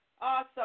Awesome